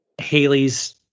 Haley's